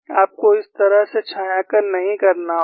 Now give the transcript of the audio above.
आपको इस तरह से छायांकन नहीं करना होगा